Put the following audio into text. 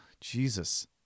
Jesus